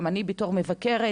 גם לי בתור מבקרת